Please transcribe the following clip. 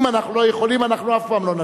אם אנחנו לא יכולים, אנחנו אף פעם לא נצביע.